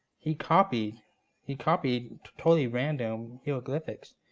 he copied he copied totally random hieroglyphics,